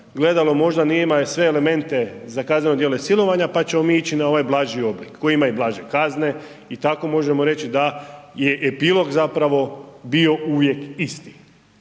gledalo možda nije imao sve elemente za kazneno djelo silovanja pa ćemo mi ići na ovaj blaži oblik koji ima i blaže kazne i tako možemo reći da je epilog zapravo bio uvijek isti.